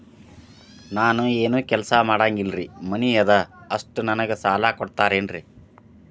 ನಾನು ಏನು ಕೆಲಸ ಮಾಡಂಗಿಲ್ರಿ ಮನಿ ಅದ ಅಷ್ಟ ನನಗೆ ಸಾಲ ಕೊಡ್ತಿರೇನ್ರಿ?